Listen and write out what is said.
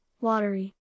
watery